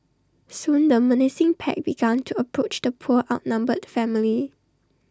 soon the menacing pack began to approach the poor outnumbered family